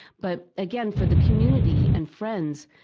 but again, for the community and friends,